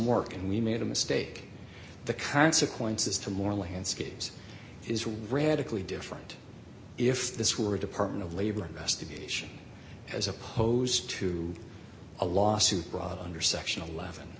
work and we made a mistake the consequences to more landscapes is radically different if this were a department of labor investigation as opposed to a lawsuit brought under section eleven